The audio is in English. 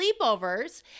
sleepovers